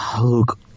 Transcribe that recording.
look